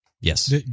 Yes